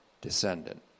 descendant